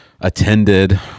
attended